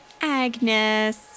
Agnes